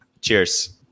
Cheers